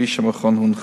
כפי שהמכון הונחה.